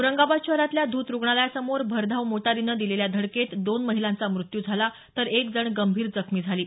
औरंगाबाद शहरातल्या धूत रुग्णालयासमोर भरधाव मोटारीनं दिलेल्या धडकेत दोन महिलांचा मृत्यू झाला तर एक जण गंभीर जखमी झाली आहे